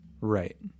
right